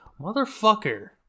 motherfucker